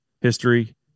History